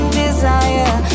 desire